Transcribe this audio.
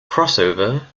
crossover